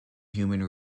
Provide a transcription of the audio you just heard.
human